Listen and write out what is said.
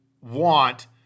want